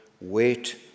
Wait